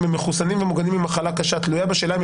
הם מחוסנים או מוגנים ממחלה קשה תלויה בשאלה אם